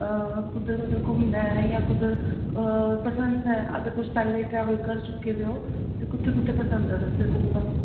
हां कुद्धर कुद्धर घूमना ऐ जां कुद्धर पसन्द ऐ अगर तुस पैह्ले ट्रेवल कर चुके दे ओ ते कुत्थें कुत्थें पसन्द ऐ तुसेंगी घूमना